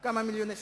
כמה מיליוני שקלים?